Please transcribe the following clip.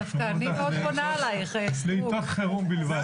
אנחנו שומרים אותך לעתות חירום בלבד.